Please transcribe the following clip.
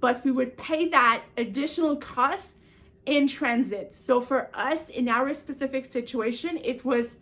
but we would pay that additional cost in transit. so, for us, in our specific situation, it was